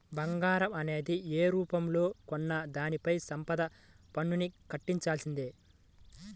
బంగారం అనేది యే రూపంలో కొన్నా దానిపైన సంపద పన్నుని కట్టాల్సిందే